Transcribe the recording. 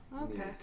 Okay